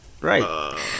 Right